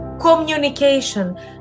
communication